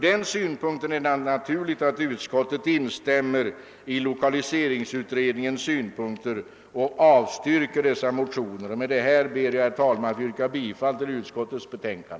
Det är därför naturligt att utskotiet instämmer i lokaliseringsutredningens synpunkter och avstyrker motionerna. Med detta ber jag att få yrka bifall till utskottets hemställan.